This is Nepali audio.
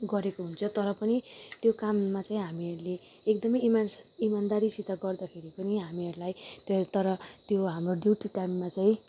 गरेको हुन्छ तर पनि त्यो काममा चाहिँ हामीहरूले एकदमै इमान् साथ इमान्दारीसित गर्दाखेरि पनि हामीहरूलाई तर त्यो हाम्रो ड्युटीको टाइममा चाहिँ